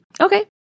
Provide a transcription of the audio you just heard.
Okay